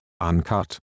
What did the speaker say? uncut